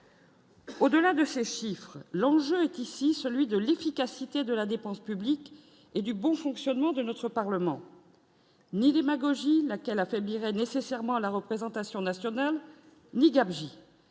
Au-delà de ces chiffres, l'enjeu est ici celui de l'efficacité de la dépense publique et du bon fonctionnement de notre Parlement ni démagogie, laquelle affaiblirait nécessairement à la représentation nationale ni gabegie,